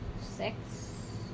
Six